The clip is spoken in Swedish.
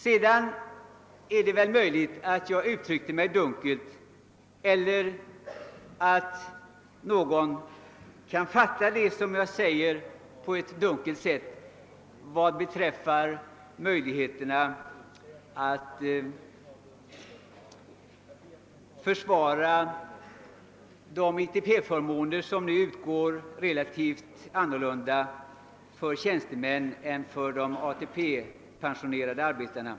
Det är möjligt att jag uttryckte mig dunkelt eller att någon kan fatta det jag sade på ett dunkelt sätt när det gäller möjligheterna att försvara de ITP-förmåner som nu utgår enligt relativt annorlunda grunder för tjänstemän än för de ATP-pensionerade arbetarna.